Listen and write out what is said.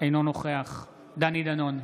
אינו נוכח דני דנון,